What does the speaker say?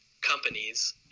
companies